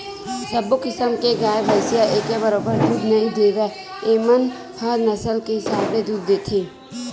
सब्बो किसम के गाय, भइसी ह एके बरोबर दूद नइ देवय एमन ह नसल के हिसाब ले दूद देथे